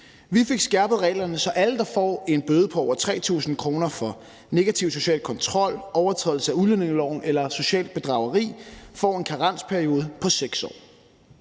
Vi fik skærpet reglerne, så alle, der får en bøde på over 3.000 kr. for negativ social kontrol, overtrædelse af udlændingeloven eller socialt bedrageri, får en karensperiode på 6 år.